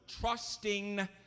trusting